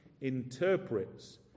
interprets